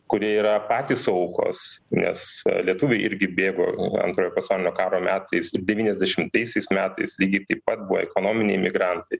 kurie yra patys aukos nes lietuviai irgi bėgo antrojo pasaulinio karo metais devyniasdešimtaisiais metais lygiai taip pat buvo ekonominiai migrantai